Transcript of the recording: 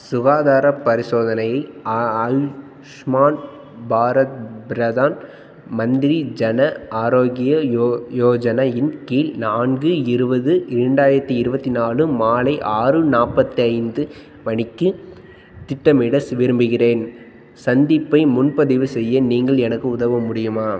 சுகாதாரப் பரிசோதனை ஆ ஆயுஷ்மான் பாரத் பிரதான் மந்திரி ஜன ஆரோக்ய யோ யோஜனா இன் கீழ் நான்கு இருபது இரண்டாயிரத்தி இருபத்தி நாலு மாலை ஆறு நாற்பத்தி ஐந்து மணிக்குத் திட்டமிட விரும்புகிறேன் சந்திப்பை முன்பதிவு செய்ய நீங்கள் எனக்கு உதவ முடியுமா